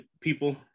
people